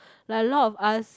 like a lot of us